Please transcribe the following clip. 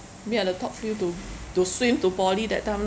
me at the top field to to swim to poly that time lor